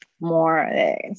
more